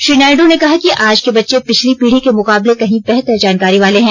श्री नायड ने कहा कि आज के बच्चें पिछली पीढी के मुकाबले कही बेहतर जानकारी वाले हैं